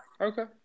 okay